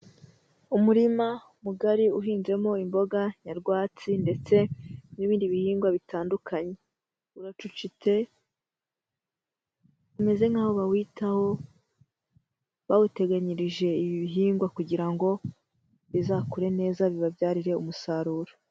Umurima mugari uhinzemo imboga nyarwatsi ndetse n'ibindi bihingwa bitandukanye. Uracucitse, bimeze nk'aho bawitaho. Bawuteganyirije ibi bihingwa kugira ngo bizakure neza, bibabyarire umusaruro.